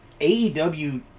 AEW